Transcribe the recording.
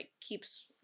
keeps